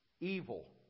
evil